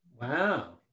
Wow